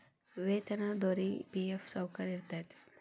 ವೇತನದೊರಿಗಿ ಫಿ.ಎಫ್ ಸೌಕರ್ಯ ಇರತೈತಿ